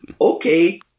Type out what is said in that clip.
okay